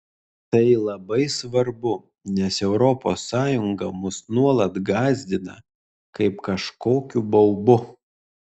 tai labai svarbu nes europos sąjunga mus nuolat gąsdina kaip kažkokiu baubu